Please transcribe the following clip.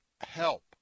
Help